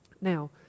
Now